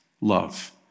love